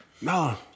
No